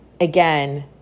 again